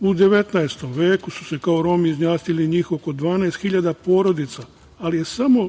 U 19. veku su se kao Romi izjasnili njih oko 12.000 porodica, ali je samo